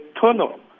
tunnel